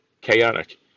chaotic